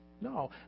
No